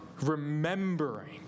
remembering